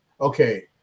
okay